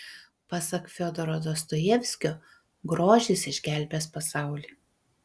pasak fiodoro dostojevskio grožis išgelbės pasaulį